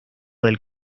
del